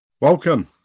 Welcome